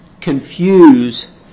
confuse